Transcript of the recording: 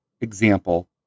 example